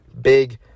big